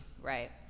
right